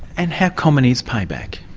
and how common is payback?